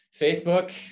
facebook